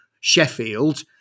Sheffield